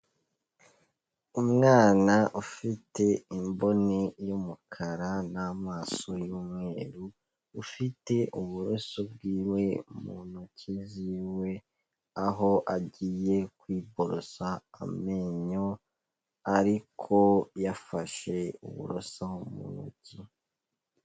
Umwana ufite imboni y'umukara n'amaso y'umweru, ufite uburoso bwiwe mu ntoki ziwe, aho agiye kwiborosa amenyo ariko yafashe uburoso mu ntoki.